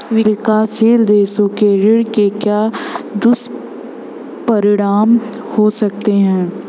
विकासशील देशों के ऋण के क्या दुष्परिणाम हो सकते हैं?